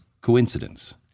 coincidence